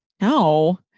no